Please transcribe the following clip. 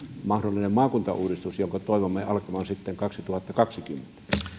mahdollinen maakuntauudistus jonka toivomme alkavan sitten kaksituhattakaksikymmentä